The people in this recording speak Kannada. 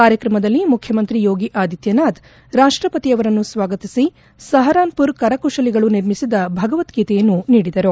ಕಾರ್ಯಕ್ರಮದಲ್ಲಿ ಮುಖ್ಯಮಂತ್ರಿ ಯೋಗಿ ಆದಿತ್ಲನಾಥ್ ರಾಷ್ಷಪತಿಯವರನ್ನು ಸ್ವಾಗತಿಸಿ ಸಹರಾನ್ ಪುರ್ ಕರಕುಶಲಿಗಳು ನಿರ್ಮಿಸಿದ ಭಗವದ್ಗೀತೆಯನ್ನು ನೀಡಿದರು